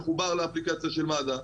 מחובר לאפליקציה של מד"א,